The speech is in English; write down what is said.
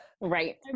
Right